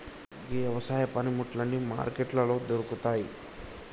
గీ యవసాయ పనిముట్లు అన్నీ మార్కెట్లలో దొరుకుతాయి